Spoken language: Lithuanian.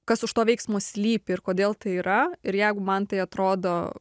kas už to veiksmo slypi ir kodėl tai yra ir jeigu man tai atrodo